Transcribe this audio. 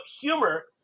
humor